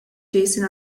jason